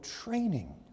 training